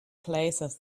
places